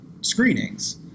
screenings